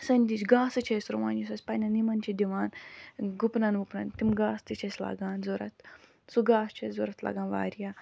سندِج گاسہِ چھِ أسۍ رُوان یُس أسۍ پَنٕنٮ۪ن یِمن چھِ دِوان گُپنَن وُپنَن تِم گاسہٕ تہِ چھِ اَسہِ لَگان ضرورت سُہ گاسہٕ چھُ اَسہِ ضرورت لگان واریاہ